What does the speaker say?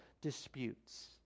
disputes